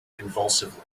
convulsively